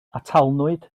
atalnwyd